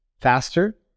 faster